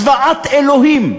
זוועת אלוהים,